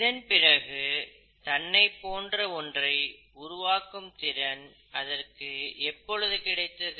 இதன்பிறகு தன்னைப் போன்ற ஒன்றை உருவாக்கும் திறன் அதற்கு எப்பொழுது கிடைத்தது